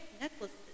necklaces